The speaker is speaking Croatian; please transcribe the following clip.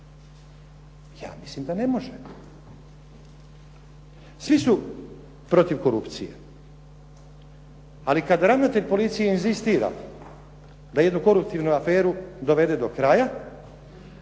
Ja mislim da ne može. Svi su protiv korupcije, ali kad ravnatelj policije inzistira da jedno koruptivnu aferu dovede do kraja,